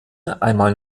einmal